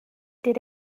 did